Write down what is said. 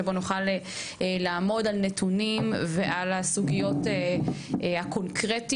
שבו נוכל לעמוד על נתונים ועל הסוגיות הקונקרטיות.